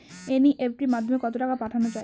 NEFT মাধ্যমে কত টাকা পাঠানো যায়?